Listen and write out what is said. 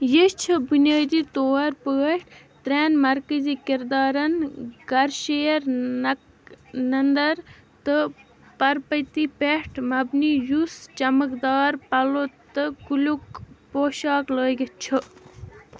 یہِ چھُ بنیٲدی طور پٲٹھۍ ترٛٮ۪ن مرکٔزی کِردارن کر شیر نک نَندر تہٕ پرپٔتی پٮ۪ٹھ مبنی یُس چمکدار پلَو تہٕ کُلیُک پوشاک لٲگِتھ چھُ